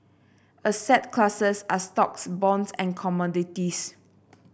asset classes are stocks bonds and commodities